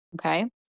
Okay